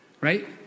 right